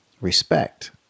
respect